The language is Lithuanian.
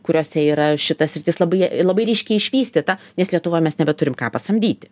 kuriose yra šita sritis labai labai ryškiai išvystyta nes lietuvoj mes nebeturim ką pasamdyti